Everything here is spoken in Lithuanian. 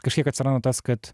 kažkiek atsiranda tas kad